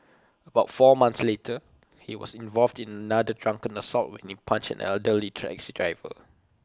about four months later he was involved in another drunken assault when he punched an elderly taxi driver